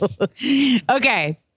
Okay